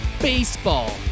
baseball